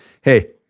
hey